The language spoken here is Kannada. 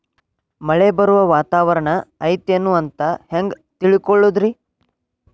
ಮಳೆ ಬರುವ ವಾತಾವರಣ ಐತೇನು ಅಂತ ಹೆಂಗ್ ತಿಳುಕೊಳ್ಳೋದು ರಿ?